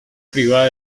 privada